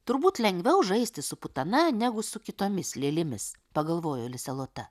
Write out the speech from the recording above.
turbūt lengviau žaisti su putana negu su kitomis lėlėmis pagalvojo lisė lota